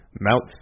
Mount